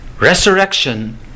Resurrection